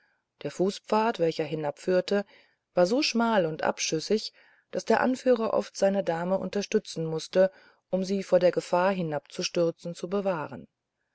der fußpfad welcher hinabführte war so schmal und abschüssig daß der anführer oft seine dame unterstützen mußte um sie vor der gefahr hinabzustürzen zu bewahren